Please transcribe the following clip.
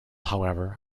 however